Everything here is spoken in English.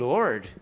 Lord